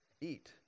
eat